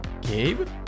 Gabe